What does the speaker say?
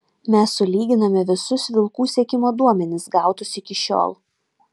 mes sulyginame visus vilkų sekimo duomenis gautus iki šiol